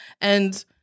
and-